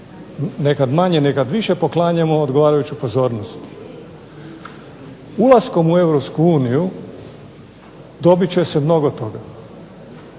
nekad manje nekad više poklanjamo odgovarajuću pozornost. Ulaskom u EU dobit će se mnogo toga.